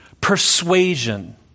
persuasion